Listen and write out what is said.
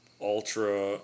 ultra